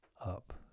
up